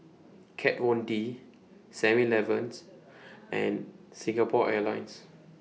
Kat Von D Seven Eleven and Singapore Airlines